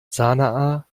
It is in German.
sanaa